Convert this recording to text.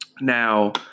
Now